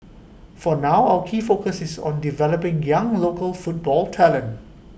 for now our key focus is on developing young local football talent